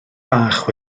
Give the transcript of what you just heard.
bach